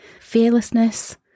fearlessness